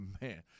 man